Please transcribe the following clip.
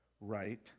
right